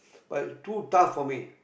but too tough for me